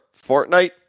Fortnite